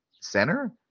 center